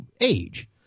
age